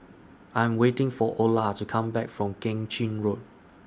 I Am waiting For Olar to Come Back from Keng Chin Road